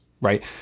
Right